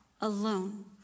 alone